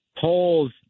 Polls